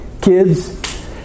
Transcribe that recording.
kids